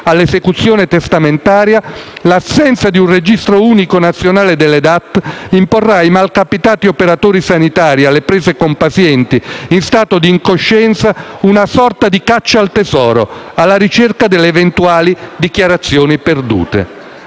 all'esecuzione testamentaria, l'assenza di un registro unico nazionale delle DAT imporrà ai malcapitati operatori sanitari alle prese con pazienti in stato di incoscienza una sorta di caccia al tesoro alla ricerca delle eventuali dichiarazioni perdute.